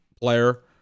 player